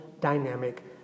dynamic